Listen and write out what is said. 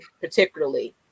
particularly